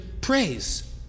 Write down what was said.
praise